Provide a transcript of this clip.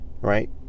Right